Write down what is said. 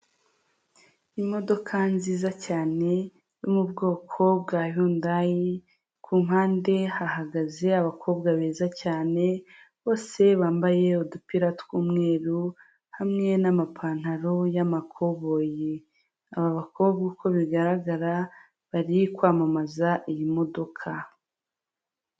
Imodoka nziza cyane yo mu bwoko bwa yundayi ku mpande hahagaze abakobwa beza cyane bose bambaye udupira tw'umweru hamwe n'amapantaro y'amakoboyi, aba bakobwa uko bigaragara bari kwamamaza iyi modoka.